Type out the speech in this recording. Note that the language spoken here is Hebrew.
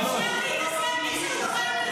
היא מנהלת עכשיו את הישיבה,